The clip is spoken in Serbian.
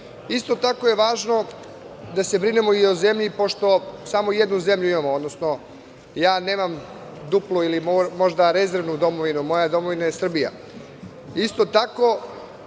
njoj. Isto tako je važno da se brinemo i o zemlji, pošto samo jednu zemlju imamo, odnosno ja nemam duplu ili možda rezervnu domovinu, jer moja domovina je Srbija.